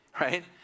right